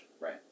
Right